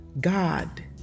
God